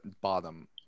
bottom